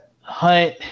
Hunt